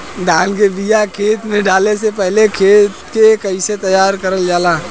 धान के बिया खेत में डाले से पहले खेत के कइसे तैयार कइल जाला?